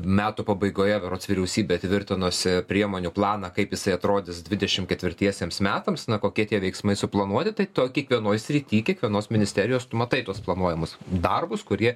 metų pabaigoje berods vyriausybė tvirtinosi priemonių planą kaip jisai atrodys dvidešimt ketvirtiesiems metams kokie tie veiksmai suplanuoti tai to kiekvienoj srity kiekvienos ministerijos tu matai tuos planuojamus darbus kurie